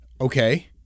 Okay